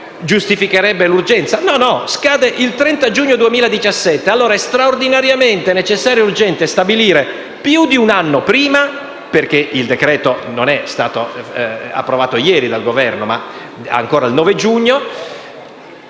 si giustificherebbe l'urgenza. No, scadono il 30 giugno 2017, quindi è straordinariamente necessario ed urgente stabilire più di un anno prima (perché il decreto-legge non è stato approvato ieri dal Governo, ma il 9 giugno)